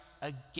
again